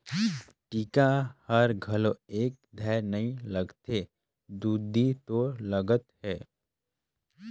टीका हर घलो एके धार नइ लगथे दुदि तोर लगत हे